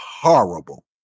horrible